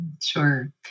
Sure